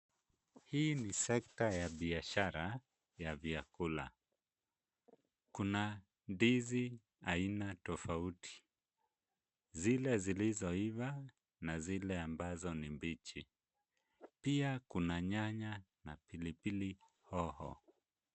Hii ni sekta ya biashara ya vyakula. Kuna aina ya ndizi tofauti, zile zilizoiva na na zile ambazo ni mbichi. Pia kuna nyanya na pilipili hoho.